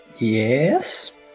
Yes